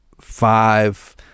five